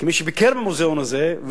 כמי שביקר במוזיאון הזה,